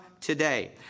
today